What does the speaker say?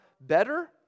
better